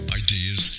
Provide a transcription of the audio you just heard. ideas